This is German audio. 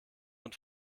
und